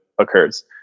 occurs